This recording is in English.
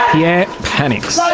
yeah panics. ah